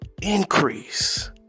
Increase